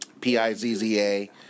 P-I-Z-Z-A